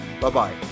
Bye-bye